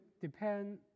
depend